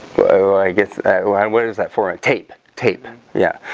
i guess what is that for a tape tape yeah?